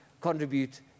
contribute